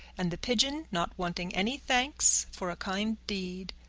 and the pigeon, not wanting any thanks for a kind deed,